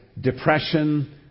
depression